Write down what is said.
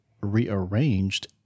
rearranged